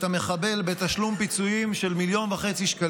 חייב את המחבל בתשלום פיצויים של 1.5 מיליון שקלים.